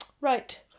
right